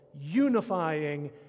unifying